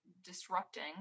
disrupting